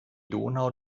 donau